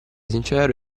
sincero